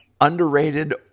underrated